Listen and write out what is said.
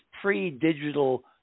pre-digital